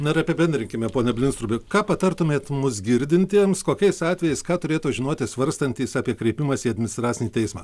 na ir apibendrinkime pone blinstrubi ką patartumėt mūs girdintiems kokiais atvejais ką turėtų žinoti svarstantys apie kreipimąsi į administracinį teismą